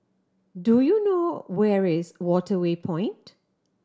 do you know where is Waterway Point